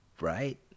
Right